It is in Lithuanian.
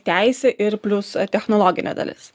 teisė ir plius technologinė dalis